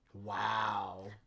Wow